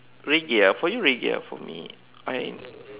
reggae ah for you reggae ah for me I'm